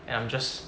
and I'm just